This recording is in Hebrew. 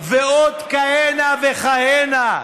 ועוד כהנה וכהנה.